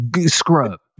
Scrub